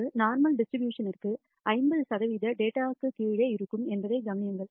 ஒரு normal distribution ற்கு 50 சதவிகித டேட்டா 0 க்குக் கீழே இருக்கும் என்பதைக் கவனியுங்கள்